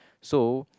so